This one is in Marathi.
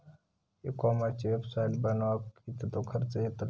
ई कॉमर्सची वेबसाईट बनवक किततो खर्च येतलो?